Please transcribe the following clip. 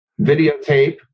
videotape